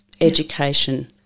education